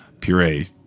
puree